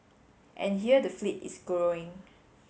and here the fleet is growing